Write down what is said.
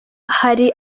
hari